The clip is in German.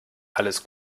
alles